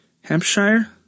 Hampshire